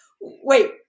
wait